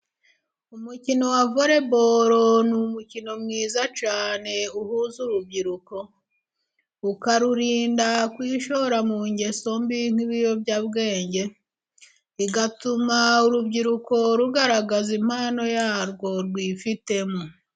Umukino wa voreboro，ni umukino mwiza cyane uhuza urubyiruko， ukarurinda kwishora mu ngeso mbi nk'ibiyobyabwenge， igatuma urubyiruko rugaragaza impano yarwo rwifitemo.